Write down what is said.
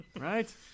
Right